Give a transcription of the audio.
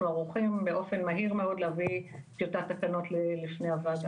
ערוכים באופן מהיר מאוד טיוטת תקנות לפני הוועדה.